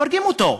הורגים אותו.